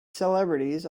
celebrities